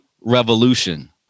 revolution